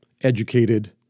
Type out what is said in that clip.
educated